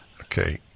Okay